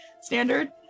standard